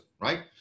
right